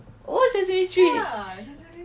oh sesame street